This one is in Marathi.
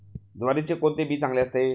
ज्वारीचे कोणते बी चांगले असते?